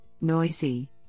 noisy